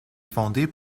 fondé